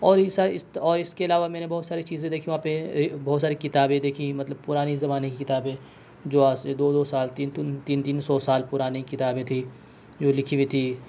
اور یہ ساری اور اس کے علاوہ میں نے بہت ساری چیزیں دیکھی وہاں پہ بہت ساری کتابیں دیکھیں مطلب پرانی زمانے کی کتابیں جو آج سے دو دو سال تین تین تین تین سو سال پرانی کتابیں تھیں جو لکھی ہوئی تھی